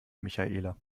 michaela